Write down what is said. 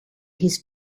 his